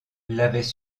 l’avaient